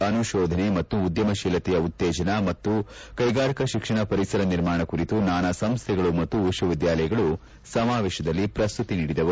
ಅನುತೋಧನೆ ಮತ್ತು ಉದ್ಯಮಶೀಲತೆಯ ಉತ್ತೇಜನ ಮತ್ತು ಕೈಗಾರಿಕಾ ಶಿಕ್ಷಣ ಪರಿಸರ ನಿರ್ಮಾಣ ಕುರಿತು ನಾನಾ ಸಂಸ್ಥೆಗಳು ಮತ್ತು ವಿಶ್ವವಿದ್ಯಾಲಯಗಳು ಸಮಾವೇಶದಲ್ಲಿ ಪ್ರಸ್ತುತಿ ನೀಡಿದವು